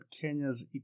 Kenya's